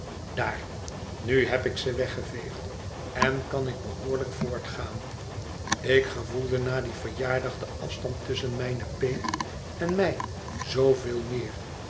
daar nu heb ik ze weggeveegd en kan ik behoorlijk voortgaan ik gevoelde na dien verjaardag den afstand tusschen mijne peet en mij zooveel meer